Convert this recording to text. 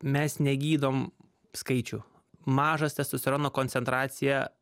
mes negydom skaičių mažas testosterono koncentracija